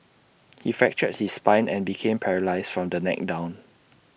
he fractured his spine and became paralysed from the neck down